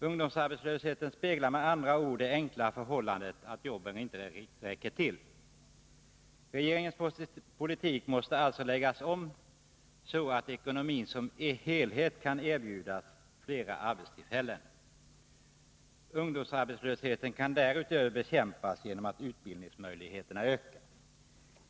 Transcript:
Ungdomsarbetslösheten speglar med andra ord det enkla förhållandet att arbetena inte räcker till. Regeringens politik måste alltså läggas om, så att ekonomin som helhet kan erbjuda fler arbetstillfällen. Ungdomsarbetslösheten kan dessutom bekämpas genom en förbättring av utbildningsmöjligheterna.